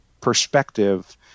perspective